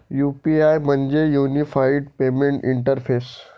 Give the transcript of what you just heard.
UPI म्हणजे unified payment interface